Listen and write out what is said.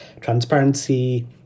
transparency